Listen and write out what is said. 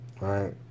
right